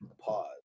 Pause